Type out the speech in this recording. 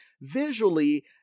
visually